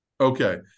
Okay